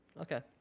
Okay